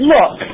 Look